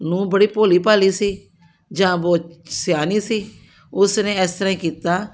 ਨੂੰਹ ਬੜੀ ਭੋਲੀ ਭਾਲੀ ਸੀ ਜਾਂ ਬਹੁਤ ਸਿਆਣੀ ਸੀ ਉਸ ਨੇ ਇਸ ਤਰ੍ਹਾਂ ਹੀ ਕੀਤਾ